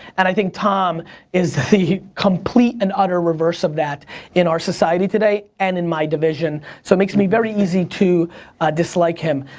and i think tom is the complete and utter reverse of that in our society today and in my division so it makes me very easy to dislike him.